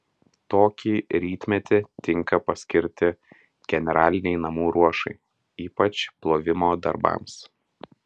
tokį rytmetį tinka paskirti generalinei namų ruošai ypač plovimo darbams